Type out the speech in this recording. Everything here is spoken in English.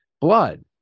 blood